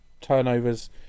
turnovers